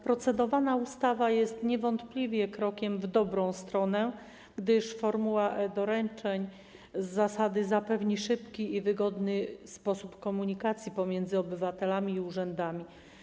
Procedowana ustawa jest niewątpliwie krokiem w dobrą stronę, gdyż formuła doręczeń z zasady zapewni szybki i wygodny sposób komunikacji pomiędzy obywatelami i urzędami.